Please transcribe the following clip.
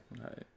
Right